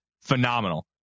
phenomenal